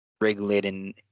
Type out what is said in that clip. regulating